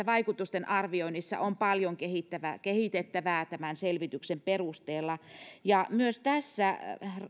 vaikutusten arvioinnissa on paljon kehitettävää kehitettävää tämän selvityksen perusteella myös tässä